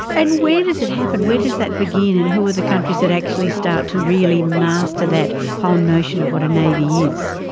and where does it happen, where does that begin and who were the countries that actually start to really master that whole notion of what a navy is?